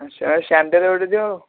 sandal ଗୋଟେ ଦିଅ ଆଉ